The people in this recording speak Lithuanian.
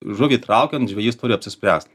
žuvį traukiant žvejys turi apsispręst